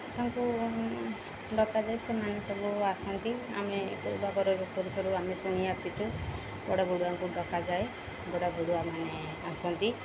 ତାଙ୍କୁ ଡକାଯାଏ ସେମାନେ ସବୁ ଆସନ୍ତି ଆମେ କ ଭ ଘର ତ ସରୁ ଆମେ ଶୁଣି ଆସିଛୁ ବଡ଼ ବଡ଼ିଆଙ୍କୁ ଡକାଯାଏ ବଡ଼ ବଡ଼ିଆ ମାନେ ଆସନ୍ତି